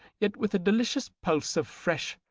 yet with a delicious pulse of fresh,